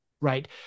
right